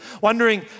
Wondering